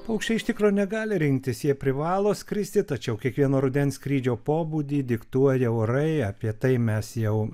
paukščiai iš tikro negali rinktis jie privalo skristi tačiau kiekvieno rudens skrydžio pobūdį diktuoja orai apie tai mes jau